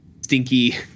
stinky